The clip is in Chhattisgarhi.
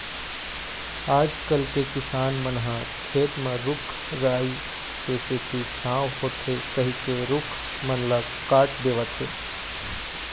आजकल के किसान मन ह खेत म रूख राई के सेती छांव होथे कहिके रूख मन ल काट देवत हें